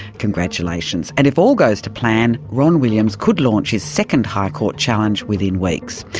congratulations. and if all goes to plan, ron williams could launch his second high court challenge within weeks.